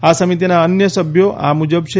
આ સમિતિના અન્ય સભ્યો આ મુજબ છે